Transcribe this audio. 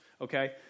okay